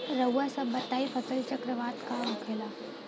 रउआ सभ बताई फसल चक्रवात का होखेला?